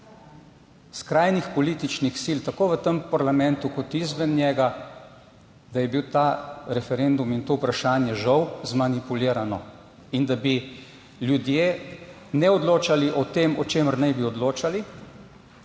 skrajnih političnih sil tako v tem parlamentu kot izven njega, da je bil ta referendum in to vprašanje žal zmanipulirano in da bi ljudje ne odločali o tem, o čemer naj bi odločali.